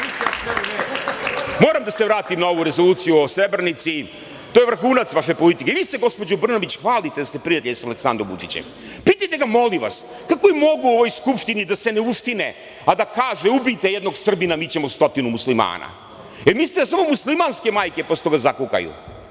vas. Moram da se vratim na ovu rezoluciju o Srebrenici. To je vrhunac vaše politike. Vi ste, gospođo Brnabić, hvalite da ste prijatelj sa Aleksandrom Vučićem. Pitajte ga molim vas – kako je mogao u ovoj Skupštini da se ne uštine a da kaže – ubijte jednog Srbina, mi ćemo stotinu Muslimana. Jel mislite da samo muslimanske majke posle toga zakukaju?